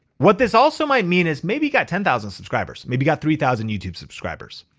what this also might mean is maybe you got ten thousand subscribers, maybe got three thousand youtube subscribers,